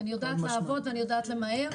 אני יודעת לעבוד, ואני יודעת למהר,